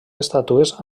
estàtues